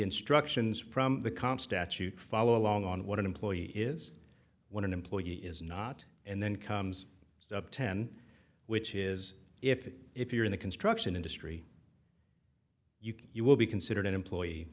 instructions from the comp statute follow along on what an employee is when an employee is not and then comes step ten which is if if you're in the construction industry you will be considered an employee